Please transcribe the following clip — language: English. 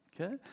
okay